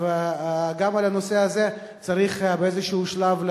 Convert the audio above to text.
גם על הנושא הזה צריך לדון באיזה שלב.